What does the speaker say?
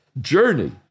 journey